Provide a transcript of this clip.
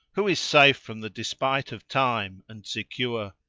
who is safe from the despite of time and secure?